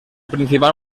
principal